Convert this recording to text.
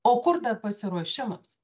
o kur dar pasiruošimas